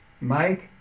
Mike